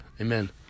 Amen